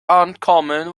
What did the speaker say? uncommon